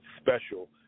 special